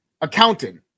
accountant